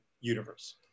Universe